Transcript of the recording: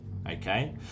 Okay